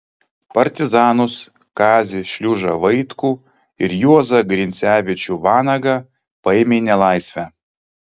partizanus kazį šliužą vaitkų ir juozą grincevičių vanagą paėmė į nelaisvę